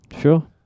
Sure